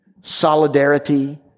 solidarity